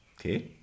Okay